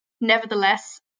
nevertheless